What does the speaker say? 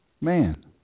man